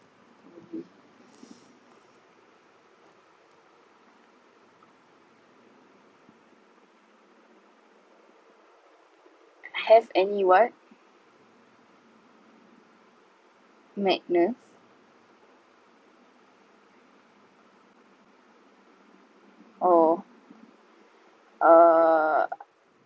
has any what magnus orh err